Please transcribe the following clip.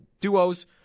duos